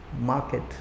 market